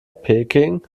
peking